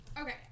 Okay